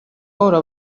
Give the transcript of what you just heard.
bahora